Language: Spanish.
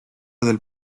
del